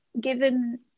given